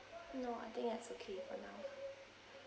no I think that's okay for now